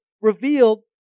revealed